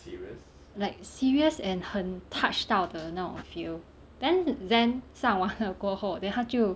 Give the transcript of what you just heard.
like serious and 很 touched 到的那种 feel then zen 上完了过后 then 他就